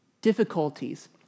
difficulties